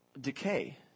decay